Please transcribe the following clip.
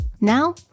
Now